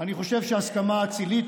אני חושב שהסכמה אצילית,